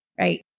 Right